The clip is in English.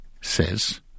says